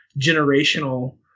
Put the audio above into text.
generational